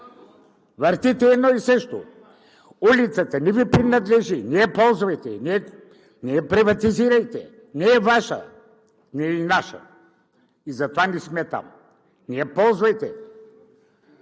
Въртите едно и също. Улицата не Ви принадлежи, не я ползвайте, не я приватизирайте! Не е Ваша! Не е и наша и затова не сме там. Не я ползвайте.